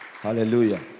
Hallelujah